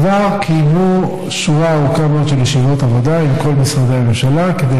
כבר קיימו שורה ארוכה מאוד של ישיבות עבודה עם כל משרדי הממשלה כדי